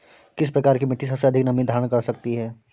किस प्रकार की मिट्टी सबसे अधिक नमी धारण कर सकती है?